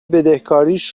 بدهکاریش